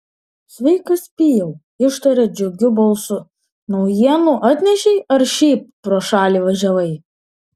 sveikas pijau ištarė džiugiu balsu naujienų atnešei ar šiaip pro šalį važiavai